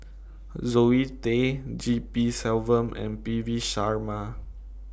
Zoe Tay G P Selvam and P V Sharma